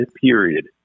period